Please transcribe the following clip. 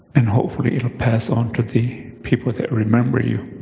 and hopefully, it will pass on to the people that remember you